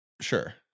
Sure